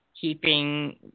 keeping